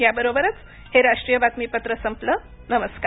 या बरोबरच हे राष्ट्रीय बातमीपत्र संपल नमस्कार